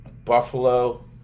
Buffalo